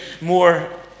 more